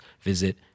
visit